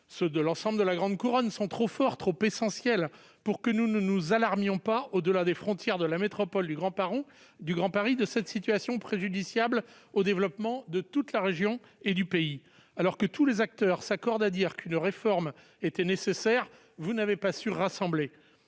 ceux de l'ensemble de la grande couronne sont trop forts et trop essentiels pour que nous ne nous alarmions pas, au-delà des frontières de la métropole du Grand Paris, de cette situation préjudiciable au développement de toute la région et du pays. Alors que tous les acteurs s'accordent à dire qu'une réforme était nécessaire, vous n'avez pas su rassembler.